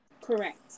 Correct